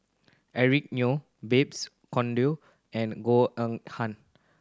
Eric Neo Babes Conde and Goh Eng Han